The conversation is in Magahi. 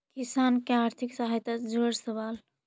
किसान के आर्थिक सहायता से जुड़ल सवाल?